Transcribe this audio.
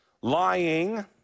lying